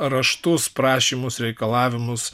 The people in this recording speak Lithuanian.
raštus prašymus reikalavimus